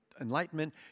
enlightenment